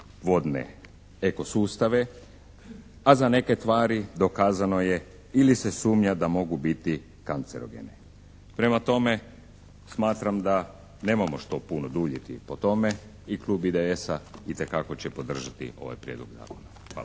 vodne eko sustave a za neke tvari dokazano je ili se sumnja da mogu biti kancerogene. Prema tome, smatram da nemamo što puno duljiti po tome i klub IDS-a itekako će podržati ovaj prijedlog zakona.